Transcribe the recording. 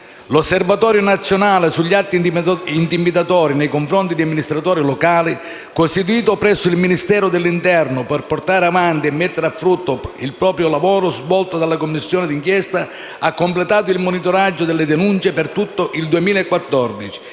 L'Osservatorio nazionale sugli atti intimidatori nei confronti di amministratori locali, costituito presso il Ministero dell'interno per portare avanti e mettere a frutto il lavoro svolto dalla Commissione di inchiesta, ha completato il monitoraggio delle denunce per tutto il 2014